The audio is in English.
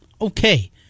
okay